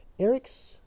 Eric's